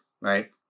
right